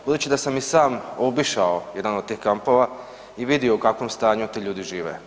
Budući da sam i sam obišao jedan od tih kampova i vidio u kakvom stanju ti ljudi žive.